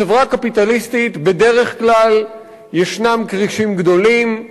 בחברה קפיטליסטית בדרך כלל יש כרישים גדולים,